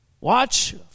Watch